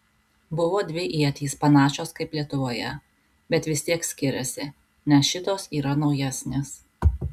buvo dvi ietys panašios kaip lietuvoje bet vis tiek skiriasi nes šitos yra naujesnės